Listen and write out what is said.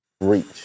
reach